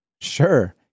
Sure